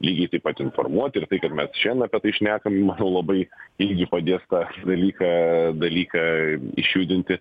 lygiai taip pat informuoti ir tai kad mes šian apie tai šnekam labai irgi padės tą dalyką dalyką išjudinti